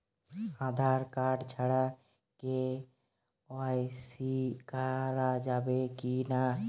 Aadhaar card ছাড়া KYC করা যাবে কি না?